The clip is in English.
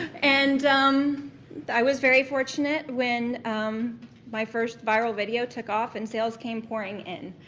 and um i was very fortunate when my first viral video took off and sales came pouring in.